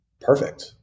perfect